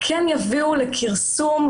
יביאו לכרסום,